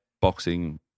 boxing